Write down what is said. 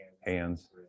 Hands